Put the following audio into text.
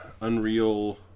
Unreal